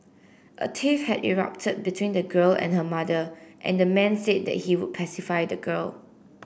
a tiff had erupted between the girl and her mother and the man said that he would pacify the girl